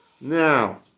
Now